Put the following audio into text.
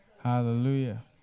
Hallelujah